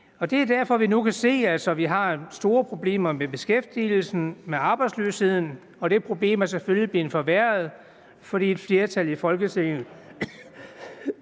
Det er derfor, at vi nu kan se, at vi har store problemer med beskæftigelsen, med arbejdsløsheden, og det problem er selvfølgelig blevet forværret, fordi et flertal i Folketinget